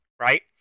right